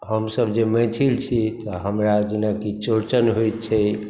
हमसभ जे मैथिल छी तऽ हमरा जेनाकि चौड़चन होइत छै